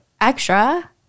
extra